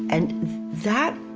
and that,